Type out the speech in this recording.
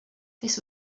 this